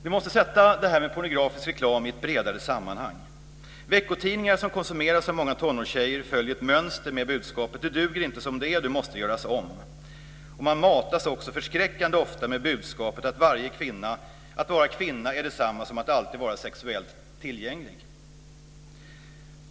Vi måste sätta frågan om pornografisk reklam i ett bredare sammanhang. Veckotidningar som konsumeras av många tonårstjejer följer ett mönster med budskapet att du inte duger som du är, du måste göras om. Man matas också förskräckande ofta med budskapet att vara kvinna är detsamma som att alltid vara sexuellt tillgänglig.